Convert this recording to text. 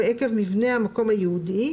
או עקב מבנה המקום הייעודי,